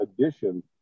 addition